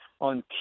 on